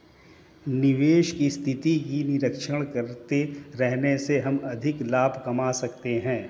निवेश की स्थिति का निरीक्षण करते रहने से हम अधिक लाभ कमा सकते हैं